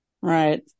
Right